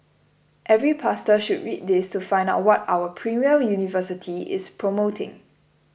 every pastor should read this to find out what our premier university is promoting